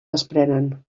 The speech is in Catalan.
desprenen